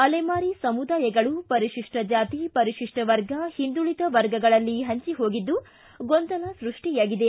ಅಲೆಮಾರಿ ಸಮುದಾಯಗಳು ಪರಿಶಿಷ್ಟ ಜಾತಿ ಪರಿಶಿಷ್ಟ ವರ್ಗ ಒಂದುಳಿದ ವರ್ಗಗಳಲ್ಲಿ ಪಂಚಿಹೋಗಿದ್ದು ಗೊಂದಲ ಸೃಷ್ಷಿಯಾಗಿದೆ